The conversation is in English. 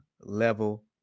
level